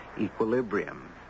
equilibrium